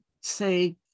say